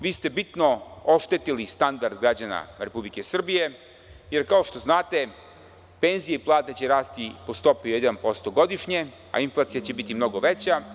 Vi ste bitno oštetili standard građana Republike Srbije, jer kao što znate penzije i plate će rasti po stopi od 1% godišnje, a inflacija će biti mnogo veća.